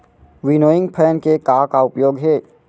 Winnowing fan के का का उपयोग हे?